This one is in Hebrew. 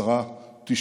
90,